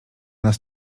nas